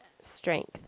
Strength